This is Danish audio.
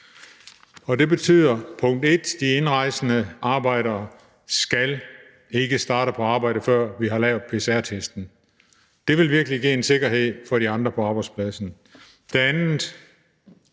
for det første, at de indrejsende arbejdere ikke skal starte på arbejde, før vi har lavet pcr-testen. Det ville virkelig give en sikkerhed for de andre på arbejdspladsen.